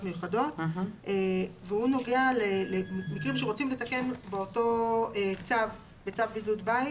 מיוחדות והוא נוגע למקרים שרוצים לתקן באותו צו בידוד בית,